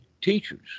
teachers